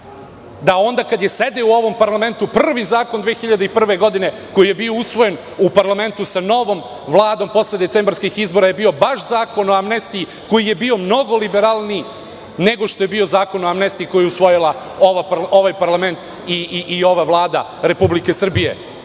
da, onda kada je sedeo u ovom parlamentu, prvi zakon 2001. godine koji je bio usvojen u parlamentu sa novom Vladom, posle decembarskih izbora, je bio baš Zakon o amnestiji koji je bio mnogo liberalniji nego što je bio Zakon o amnestiji koji je usvojio ovaj parlament i ova Vlada Republike Srbije. Što